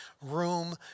room